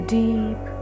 deep